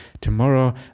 Tomorrow